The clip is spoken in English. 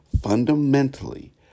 fundamentally